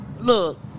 Look